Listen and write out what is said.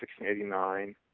1689